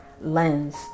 lens